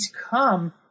come